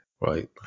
right